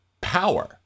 power